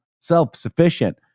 self-sufficient